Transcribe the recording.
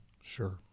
Sure